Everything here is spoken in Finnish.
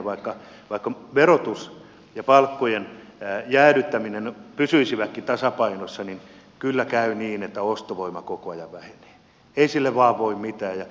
vaikka verotus ja palkkojen jäädyttäminen pysyisivätkin tasapainossa niin kyllä käy niin että ostovoima koko ajan vähenee ei sille vain voi mitään